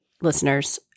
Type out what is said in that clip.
listeners